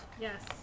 Yes